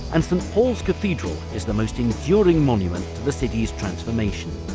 and st. paul's cathedral is the most enduring monument to the city's transformation.